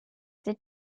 did